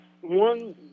one